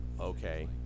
Okay